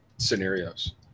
scenarios